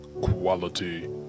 quality